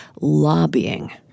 lobbying